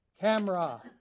camera